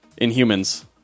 Inhumans